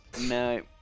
No